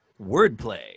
wordplay